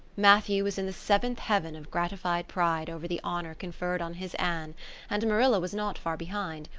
matthew was in the seventh heaven of gratified pride over the honor conferred on his anne and marilla was not far behind,